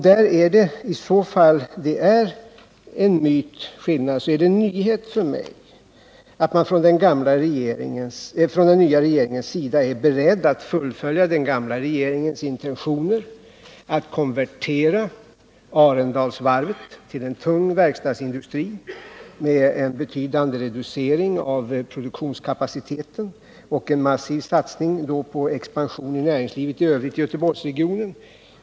Det är i så fall en nyhet för mig att den nya regeringen är beredd att fullfölja den gamla regeringens intentioner och konvertera Arendalsvarvet till en tung verkstadsindustri med en betydande reducering av produktionskapaciteten och en massiv satsning på näringslivet i övrigt i Göteborgsregionen.